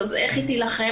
אז איך היא תילחם?